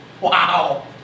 Wow